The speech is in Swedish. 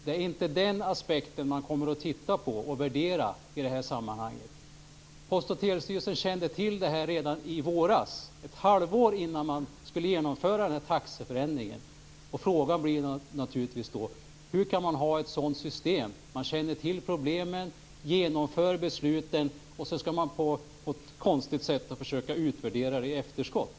Det är inte den aspekten man kommer att värdera i sammanhanget. Post och telestyrelsen kände till denna taxeförändring redan i våras, dvs. ett halvår innan den skulle genomföras. Hur kan man ha ett sådant system, dvs. man känner till problemen, genomför besluten och sedan på något konstigt sätt utvärderar dem i efterskott?